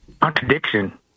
contradiction